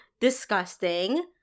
disgusting